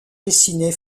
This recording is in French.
dessinée